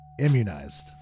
Immunized